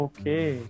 Okay